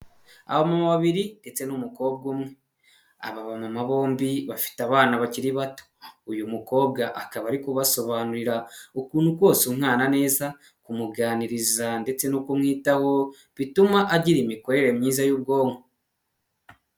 Abamama babiri ndetse n'umukobwa umwe, aba bamama bombi bafite abana bakiri bato, uyu mukobwa akaba ari kubasobanurira ukuntu kose umwana neza kumuganiriza ndetse no kumwitaho, bituma agira imikorere myiza y'ubwonko.